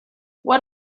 what